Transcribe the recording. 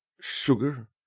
sugar